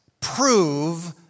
prove